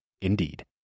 Indeed